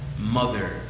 Mother